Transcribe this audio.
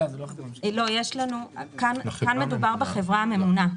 כאן מדובר בחברה הממונה,